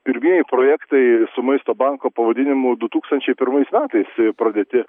pirmieji projektai su maisto banko pavadinimu du tūkstančiai pirmais metais pradėti